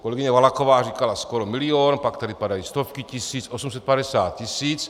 Kolegyně Valachová říkala skoro milion, pak tady padaly stovky tisíc, 850 tisíc.